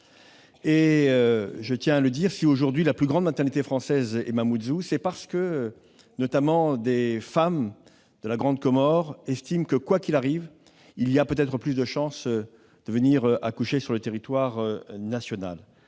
Je tiens à le dire, si aujourd'hui la plus grande maternité française est Mamoudzou, c'est parce que des femmes, notamment de la Grande Comore, estiment que, quoi qu'il arrive, il vaut peut-être mieux venir accoucher sur le territoire national.